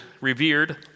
revered